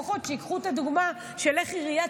לפחות שייקחו את הדוגמה של איך עיריית